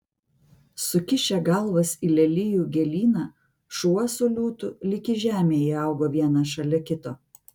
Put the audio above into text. sukišę galvas į lelijų gėlyną šuo su liūtu lyg į žemę įaugo vienas šalia kito